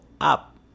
up